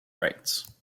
rights